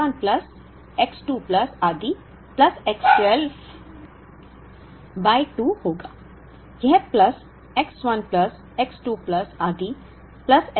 यह plus X 1 plus X 2 plus आदि plus X 12 divided by 2 होगा